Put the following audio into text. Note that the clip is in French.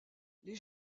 les